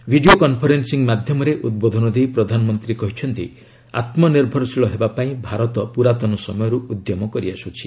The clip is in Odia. ଭିଡ଼ିଓ କନ୍ଫରେନ୍ସିଂ ମାଧ୍ୟମରେ ଉଦ୍ବୋଧନ ଦେଇ ପ୍ରଧାନମନ୍ତ୍ରୀ କହିଛନ୍ତି ଆତ୍ମନିର୍ଭରଶୀଳ ହେବା ପାଇଁ ଭାରତ ପୁରାତନ ସମୟରୁ ଉଦ୍ୟମ କରିଆସୁଛି